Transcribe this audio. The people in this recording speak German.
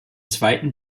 zweiten